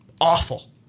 awful